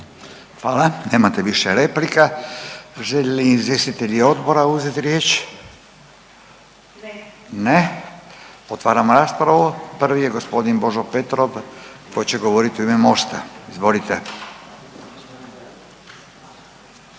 Hvala. Nemate više replika. Žele li izvjestitelji odbora uzeti riječ? Ne. Otvaram raspravu. Prvi je gospodin Božo Petrov koji će govoriti u ime Mosta. Izvolite.